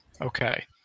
Okay